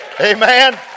Amen